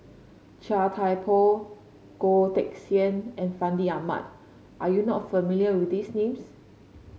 Chia Thye Poh Goh Teck Sian and Fandi Ahmad are you not familiar with these names